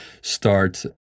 start